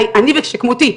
אני ושכמותי,